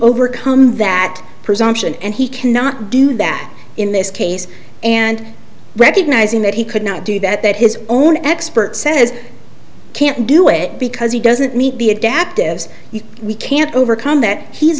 overcome that presumption and he cannot do that in this case and recognizing that he could not do that that his own expert says can't do it because he doesn't meet the adaptive you we can't overcome that he's